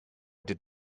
did